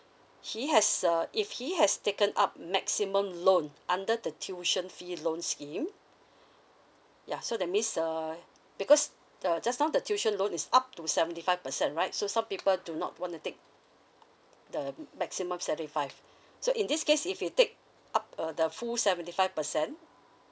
he has uh if he has taken up maximum loan under the tuition fee loan scheme ya so that means uh because the just now the tuition loan is up to seventy five percent right so some people do not want to take the m~ maximum seventy five so in this case if you take up uh the full seventy five percent